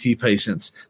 patients